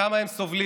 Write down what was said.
כמה הם סובלים.